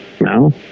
No